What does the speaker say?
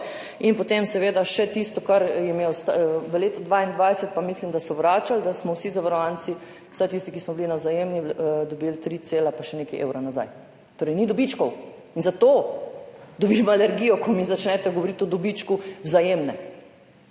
In potem seveda še tisto, v letu 2022 pa mislim, da so vračali, da smo vsi zavarovanci, vsaj tisti, ki smo bili na Vzajemni, dobili tri cele pa še nekaj evra nazaj. Torej ni dobičkov. In zato dobim alergijo, ko mi začnete govoriti o dobičku Vzajemne.